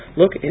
look